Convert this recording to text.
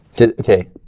Okay